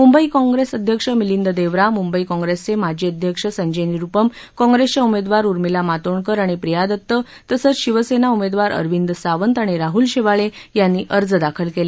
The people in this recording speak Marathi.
मुंबई काँप्रेस अध्यक्ष मिलिंद देवरा मुंबई कॉंप्रेसचे माजी अध्यक्ष संजय निरुपम कॉंप्रेसच्या उमेदवार उर्मिला मातोडकर आणि प्रिया दत्त तसंच शिवसेना उमेदवार अरविंद सावंत आणि राहूल शेवाळे यांनी अर्ज दाखल केले